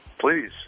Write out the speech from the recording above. Please